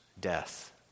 death